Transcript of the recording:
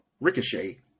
Ricochet